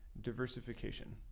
diversification